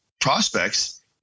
prospects